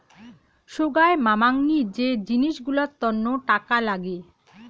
সোগায় মামাংনী যে জিনিস গুলার তন্ন টাকা লাগে